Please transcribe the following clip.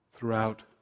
Throughout